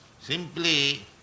Simply